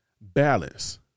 Balance